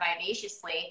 vivaciously